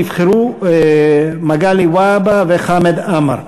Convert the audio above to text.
נבחרו מגלי והבה וחמד עמאר.